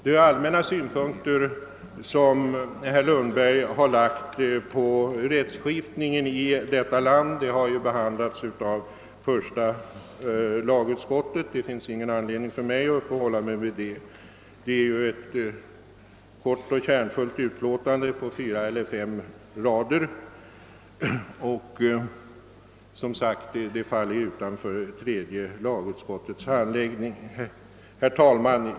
De allmänna synpunkter som herr Lundberg har lagt på rättskipningen i detta land har ju behandlats av första lagutskottet, och det finns ingen anledning för mig att uppehålla mig vid dem. Det är ett kort och kärnfullt utlåtande på fem rader som första lagutskottet avgivit, och de frågorna faller som sagt utanför tredje lagutskottets handläggning. Herr talman!